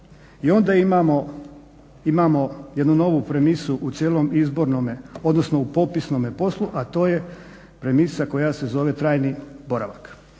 I onda imamo jednu novu premisu u cijelom popisnom poslu, a to je premisa koja se zove trajni boravak.